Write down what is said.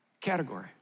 category